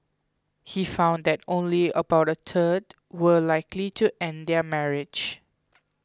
he found that only about a third were likely to end their marriage